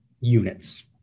units